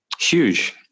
huge